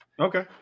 okay